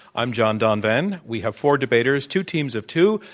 i'm john donvan. we have four debaters, two teams of two,